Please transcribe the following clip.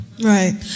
Right